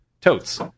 Totes